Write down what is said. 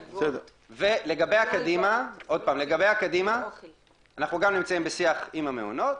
לגבי הקדימה, אנחנו גם נמצאים בשיח עם המעונות.